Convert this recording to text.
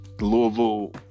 Louisville